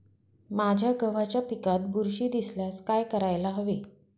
माझ्या गव्हाच्या पिकात बुरशी दिसल्यास काय करायला हवे?